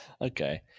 Okay